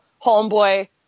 homeboy